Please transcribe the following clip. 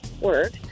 work